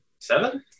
Seven